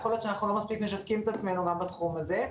יכול להיות שאנחנו לא מספיק משווקים את עצמנו גם בתחום הזה.